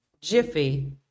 Jiffy